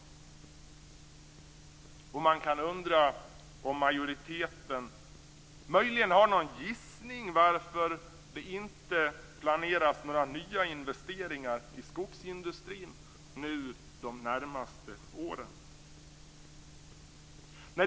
Man kan undra om majoriteten möjligen har någon gissning varför det inte planeras några nya investeringar i skogsindustrin de närmaste åren.